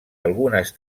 algunes